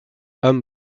homme